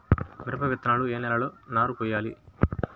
మిరప విత్తనాలు ఏ నెలలో నారు పోయాలి?